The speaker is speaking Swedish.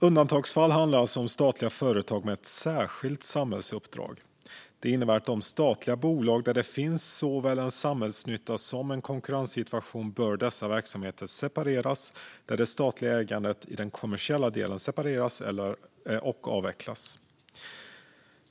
Undantagsfall handlar alltså om statliga företag med ett särskilt samhällsuppdrag. Det innebär att i de statliga bolag där det finns såväl en samhällsnytta som en konkurrenssituation bör dessa verksamheter separeras så att det statliga ägandet i den kommersiella delen separeras och avvecklas.